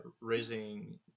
raising